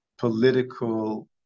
Political